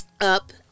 up